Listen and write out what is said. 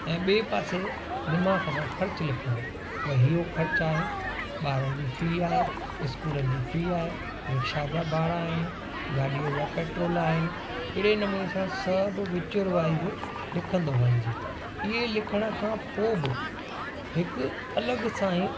ऐं ॿिए पासे दिमाग़ सां ख़र्चु लिखिणो भाई इहो ख़र्चु आहे ॿारनि जी फी आहे इस्कूलनि जी फी आहे रिक्शा जा भाड़ा आहिनि गाॾीअ जा पेट्रोल आहिनि अहिड़े नमूने सां सभु विचूर वाइज लिखंदो वञे ईअं लिखण खां पोइ बि हिकु अलॻि सां ई